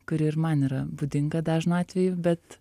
kuri ir man yra būdinga dažnu atveju bet